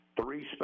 three